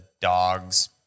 dog's